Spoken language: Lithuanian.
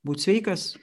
būt sveikas